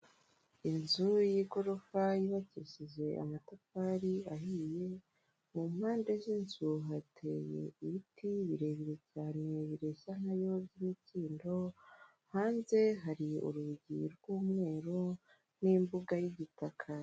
Inzu y'igorofa yubakishje amatafari ahiye mu mpande z'inzu hateye ibiti birebire cyane, bireshya nkayo by'imikindo, hanze hari urugi rw'umweru n'imbuga y'igitaka.